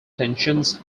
tensions